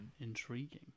Intriguing